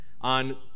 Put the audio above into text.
On